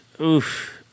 oof